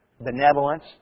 benevolence